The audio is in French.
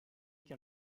car